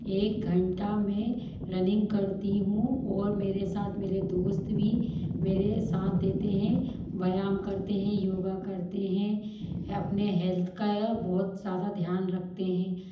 एक घंटा में रनिंग करती हूँ और मेरे साथ मेरे दोस्त भी मेरे साथ देते है व्यायाम करते है योगा करते है अपने हेल्थ का बहुत ज़्यादा ध्यान रखते है